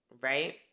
right